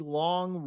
long